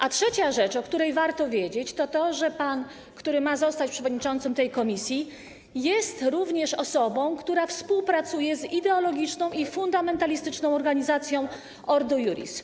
A trzecia rzecz, o której warto wiedzieć, to że pan, który ma zostać przewodniczącym tej komisji, jest również osobą, która współpracuje z ideologiczną i fundamentalistyczną organizacją Ordo Iuris.